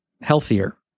healthier